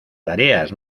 tareas